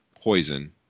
poison